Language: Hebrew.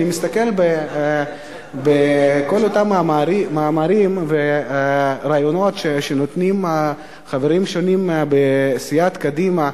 אני מסתכל בכל אותם מאמרים וראיונות שנותנים חברים שונים מסיעת קדימה,